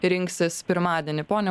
rinksis pirmadienį ponia